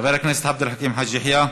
חבר הכנסת עבד אל חכים חאג' יחיא.